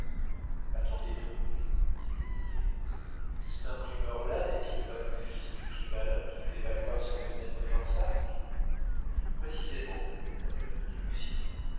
attendez donc dit le meunier c't imprimeur là n'est-il pas le fils du vieux malin qui fait valoir son domaine de marsac précisément répondit lucien